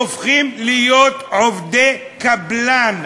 הופכים להיות עובדי קבלן.